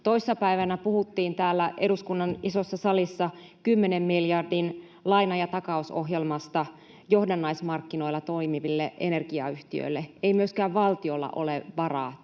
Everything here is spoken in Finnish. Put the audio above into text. Toissa päivänä puhuttiin täällä eduskunnan isossa salissa kymmenen miljardin laina- ja takausohjelmasta johdannaismarkkinoilla toimiville energiayhtiöille. Ei myöskään valtiolla ole varaa